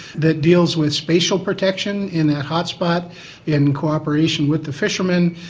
that deals with spatial protection in that hotspot in cooperation with the fishermen,